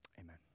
Amen